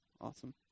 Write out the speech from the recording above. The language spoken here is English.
Awesome